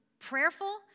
prayerful